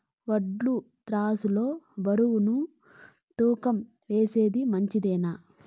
వడ్లు త్రాసు లో బరువును తూకం వేస్తే మంచిదేనా?